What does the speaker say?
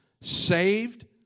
saved